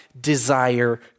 desire